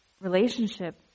relationship